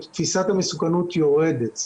המסוכנות יורדת,